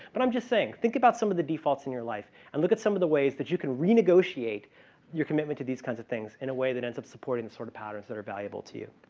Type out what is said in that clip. but i'm just saying. think about some of the defaults in your life. and look at some of the way that you can renegotiate your commitment to these kinds of things in a way that ends up supporting sort of patterns that are valuable to you.